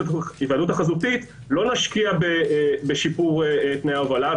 החזותית לא נשקיע בשיפור תנאי הובלה,